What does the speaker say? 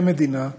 כמדינה,